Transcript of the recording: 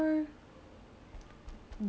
it doesn't matter to me just health